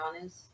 honest